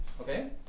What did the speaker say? Okay